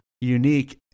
unique